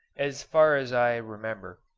as far as i remember,